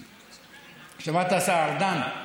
שמעת, השר ארדן?